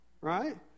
right